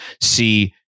See